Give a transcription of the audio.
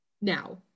now